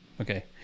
Okay